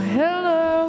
hello